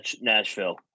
Nashville